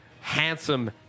handsome